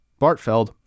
Bartfeld